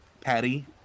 Patty